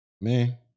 Man